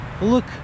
look